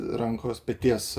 rankos peties